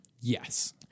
Yes